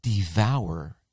devour